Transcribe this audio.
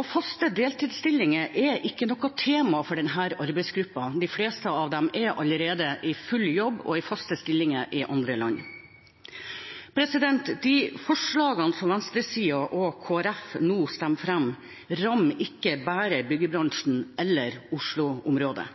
Og faste deltidsstillinger er ikke noe tema for denne arbeidsgruppen. De fleste av dem er allerede i full jobb og i faste stillinger i andre land. De forslagene som venstresiden og Kristelig Folkeparti nå stemmer fram, rammer ikke bare byggebransjen og Oslo-området.